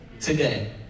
today